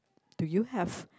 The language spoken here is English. do you have